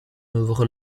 œuvre